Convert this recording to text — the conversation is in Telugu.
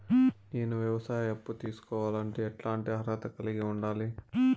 నేను వ్యవసాయ అప్పు తీసుకోవాలంటే ఎట్లాంటి అర్హత కలిగి ఉండాలి?